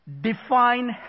define